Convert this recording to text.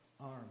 arm